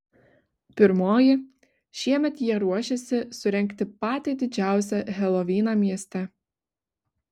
pirmoji šiemet jie ruošiasi surengti patį didžiausią helovyną mieste